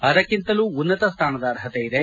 ಅದಕ್ಕಿಂತಲೂ ಉನ್ನತ ಸ್ಥಾನದ ಅರ್ಹತೆಯಿದೆ